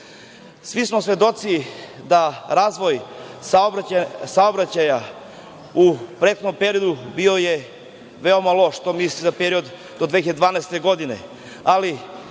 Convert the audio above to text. smo svedoci da razvoj saobraćaja u prethodnom periodu je bio veoma loš, to mislim za period do 2012. godine,